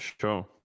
sure